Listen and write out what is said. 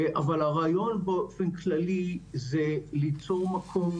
אבל הרעיון באופן כללי הוא ליצור מקום